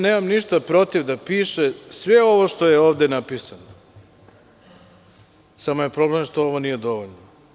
Nemam ništa protiv da piše sve ovo što je ovde napisano, samo je problem što ovo nije dovoljno.